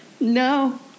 No